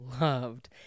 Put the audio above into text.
loved